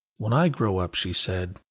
when i grow up, she said,